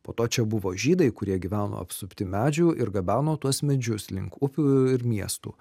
po to čia buvo žydai kurie gyveno apsupti medžių ir gabeno tuos medžius link upių ir miestų